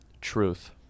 Truth